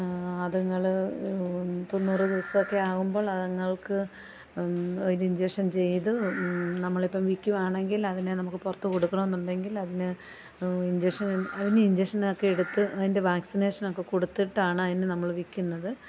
അതുങ്ങൾ തൊണ്ണൂറ് ദിവസവൊക്കെ ആകുമ്പോൾ അതിങ്ങൾക്ക് ഒരിഞ്ചക്ഷൻ ചെയ്ത് നമ്മളിപ്പോൾ വിക്കുവാണെങ്കിൽ അതിനെ നമുക്ക് പുറത്ത് കൊടുക്കണമെന്നുണ്ടെങ്കിൽ അതിന് ഇൻജക്ഷൻ അതിന് ഇഞ്ചക്ഷനൊക്കെ എടുത്ത് അതിൻ്റെ വാക്സിനേഷനൊക്കെ കൊടുത്തിട്ടാണ് അതിനെ നമ്മൾ വിൽക്കുന്നത്